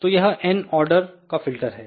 तो यह n order का फिल्टर है